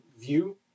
view